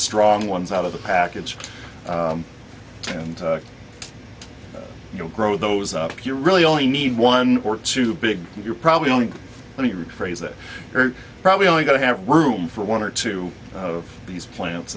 strong ones out of the package and you know grow those up you really only need one or two big you're probably only let me rephrase that you're probably only going to have room for one or two of these plants